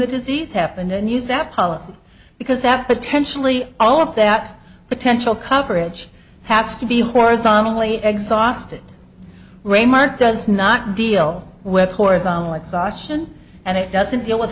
the disease happen and use that policy because that potentially all of that potential coverage has to be horizontally exhausted raymart does not deal with horizontal exhaustion and it doesn't deal with